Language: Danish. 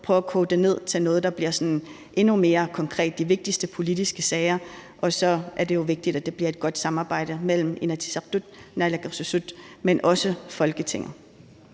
prøver at koge det ned til noget, der bliver endnu mere konkret – de vigtigste politiske sager. Og så er det jo vigtigt, at det bliver et godt samarbejde mellem Inatsisartut og naalakkersuisut, men også Folketinget.